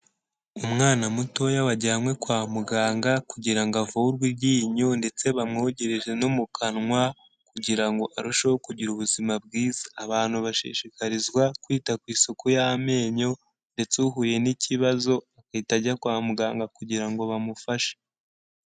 Umwana mutoya wajyanywe kwa muganga kugira ngo avurwe iryinyo ndetse bamwogereze no mu kanwa kugira ngo arusheho kugira ubuzima bwiza. Abantu bashishikarizwa kwita ku isuku y'amenyo ndetse uhuye n'ikibazo agahita ajya kwa muganga kugira ngo bamufashe.